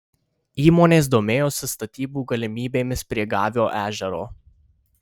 įmonės domėjosi statybų galimybėmis prie gavio ežero